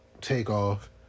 Takeoff